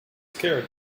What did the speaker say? scared